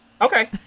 Okay